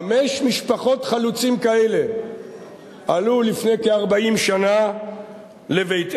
משפחות אחדות של חלוצים כאלה עלו לפני כ-40 שנה לבית-אל,